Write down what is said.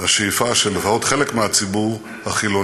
ובין השאיפה של לפחות חלק מהציבור החילוני